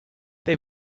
they